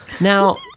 Now